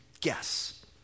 guess